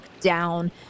down